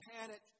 panic